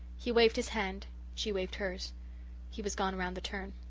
he waved his hand she waved hers he was gone around the turn.